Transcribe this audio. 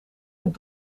het